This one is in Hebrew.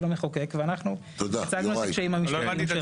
המחוקק ואנחנו הצגנו את הקשיים המשפטיים.